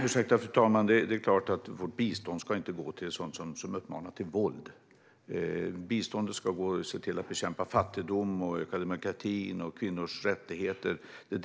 Fru talman! Det är klart att vårt bistånd inte ska gå till organisationer som uppmanar till eller stöder våld. Biståndet ska gå till att bekämpa fattigdom och främja demokrati och kvinnors rättigheter.